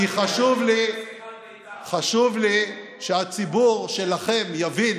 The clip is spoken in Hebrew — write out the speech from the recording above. כי חשוב לי שהציבור שלכם יבין